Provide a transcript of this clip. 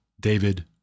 David